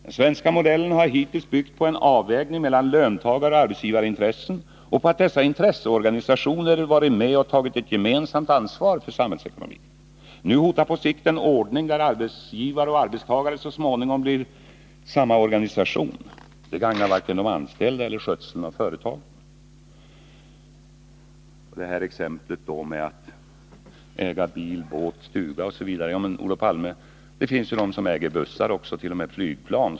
Den svenska modellen har hittills byggt på en avvägning mellan löntagaroch arbetsgivarintressen och på att dessa intresseorganisationer varit med och tagit ett gemensamt ansvar för samhällsekonomin. Nu hotar på sikt en ordning där arbetsgivare och arbetstagare så småningom blir samma organisation. Det gagnar varken de anställda eller skötseln av företagen. Olof Palme tog exemplet att man äger bil, båt, stuga o. d. Men det finns ju de som äger bussar eller t.o.m. flygplan.